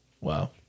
Wow